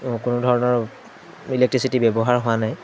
কোনো ধৰণৰ ইলেক্ট্ৰিচিটি ব্যৱহাৰ হোৱা নাই